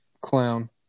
Clown